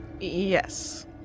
Yes